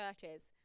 churches